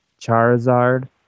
Charizard